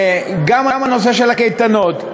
גם הנושא של הקייטנות,